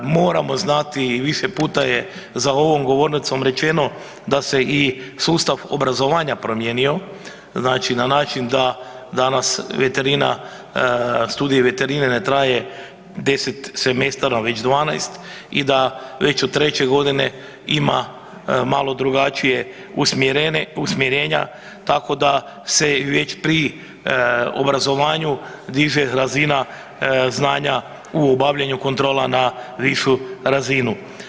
Moramo znati i više puta je za ovom govornicom rečeno da se i sustav obrazovanja promijenio znači na način da danas veterina, studij veterine ne traje 10 semestara već 12 i da već od 3. g. ima malo drugačije usmjerenja tako da se već pri obrazovanju diže razina znanja u obavljanju kontrola na višu razinu.